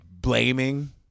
blaming